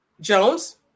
Jones